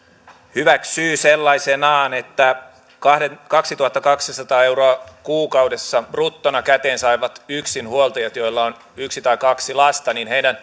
hyväksyy sellaisenaan että kaksituhattakaksisataa euroa kuukaudessa bruttona käteen saavien yksinhuoltajien joilla on yksi tai kaksi lasta